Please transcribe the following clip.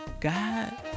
God